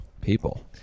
people